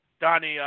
Donnie